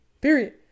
Period